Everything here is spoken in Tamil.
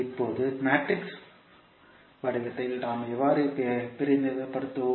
இப்போது மேட்ரிக்ஸ் வடிவத்தில் நாம் எவ்வாறு பிரதிநிதித்துவப்படுத்துவோம்